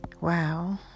Wow